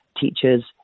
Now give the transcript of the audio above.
teachers